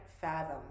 fathom